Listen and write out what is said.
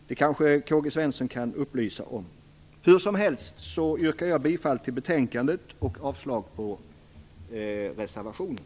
Det kan kanske K-G Svenson upplysa mig om. Hur som helst yrkar jag bifall till hemställan i betänkandet och avslag på reservationen.